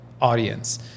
audience